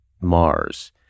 Mars